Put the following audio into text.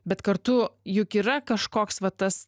bet kartu juk yra kažkoks va tas